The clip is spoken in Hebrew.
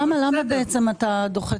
למה, למה בעצם אתה דוחה?